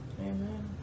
amen